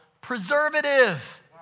preservative